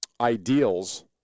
ideals